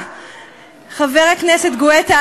חבר הכנסת גואטה,